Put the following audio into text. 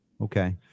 Okay